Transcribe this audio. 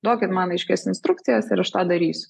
duokit man aiškias instrukcijas ir aš tą darysiu